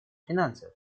финансовый